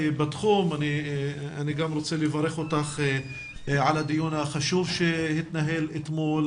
אני גם רוצה לברך אותך על הדיון החשוב שהתנהל אתמול,